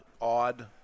odd